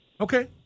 Okay